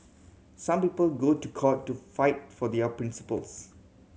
some people go to court to fight for their principles